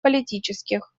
политических